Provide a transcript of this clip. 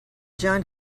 john